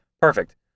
Perfect